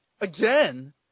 again